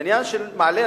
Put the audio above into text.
העניין של מעלה-עירון,